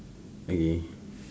okay